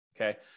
okay